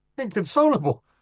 inconsolable